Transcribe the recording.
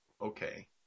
Okay